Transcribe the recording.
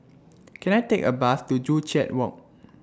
Can I Take A Bus to Joo Chiat Walk